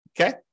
Okay